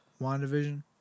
WandaVision